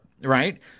right